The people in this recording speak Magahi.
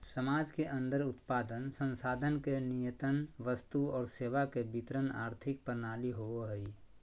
समाज के अन्दर उत्पादन, संसाधन के नियतन वस्तु और सेवा के वितरण आर्थिक प्रणाली होवो हइ